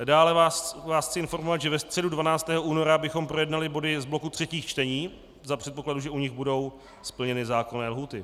Dále vás chci informovat, že ve středu 12. února bychom projednali body z bloku třetích čtení za předpokladu, že u nich budou splněny zákonné lhůty.